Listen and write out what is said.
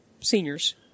Seniors